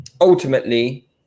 ultimately